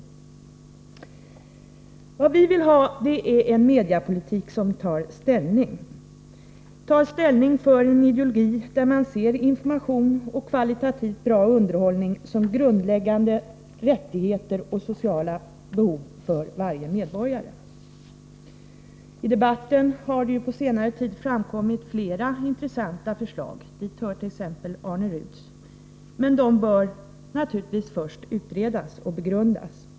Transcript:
Vad vi vill ha är en mediapolitik som tar ställning — tar ställning för en ideologi, där man ser information och kvalitativt bra underhållning som grundläggande rättigheter och sociala behov för varje medborgare. I debatten har ju på senare tid framkommit flera intressanta förslag. Dit hört.ex. Arne Ruths, men de bör naturligtvis först utredas och begrundas.